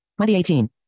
2018